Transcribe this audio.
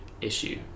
issue